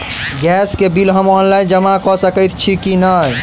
Gas केँ bill हम online जमा कऽ सकैत छी की नै?